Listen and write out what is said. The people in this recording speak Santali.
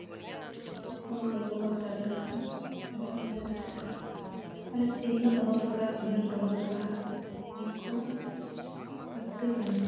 ᱵᱚᱱ ᱵᱮᱵᱚᱦᱟᱨ ᱫᱟᱲᱮ ᱞᱮᱠᱷᱟᱱ ᱟᱹᱰᱤ ᱜᱮ ᱱᱟᱯᱟᱭ ᱠᱚᱜᱼᱟ ᱢᱟᱱᱮ ᱪᱤᱱᱦᱟᱰ ᱫᱚᱦᱚ ᱞᱮᱠᱟ ᱩᱭᱦᱟᱹᱨ ᱫᱚᱦᱚ ᱞᱮᱠᱟ ᱚᱱᱟ ᱠᱚ ᱞᱟᱹᱠᱛᱤ ᱠᱟᱱᱟ